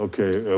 okay,